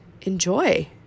enjoy